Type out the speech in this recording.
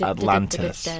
Atlantis